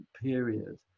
period